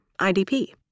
IDP